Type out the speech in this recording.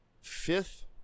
Fifth